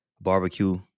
barbecue